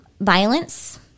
Violence